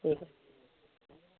কি